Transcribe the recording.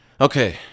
Okay